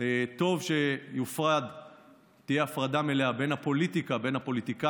טוב שתהיה הפרדה מלאה בין הפוליטיקה,